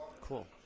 Cool